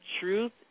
truth